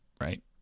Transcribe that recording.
right